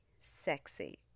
sexy